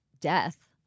death